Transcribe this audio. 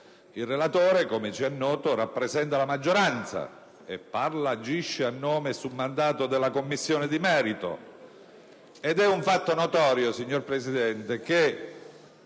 Il relatore, come ci è noto, rappresenta la maggioranza e parla e agisce a nome e su mandato della Commissione di merito. È un fatto notorio, signor Presidente, che